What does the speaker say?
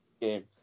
game